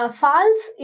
false